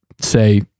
say